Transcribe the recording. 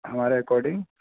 हमारे अकॉर्डिंग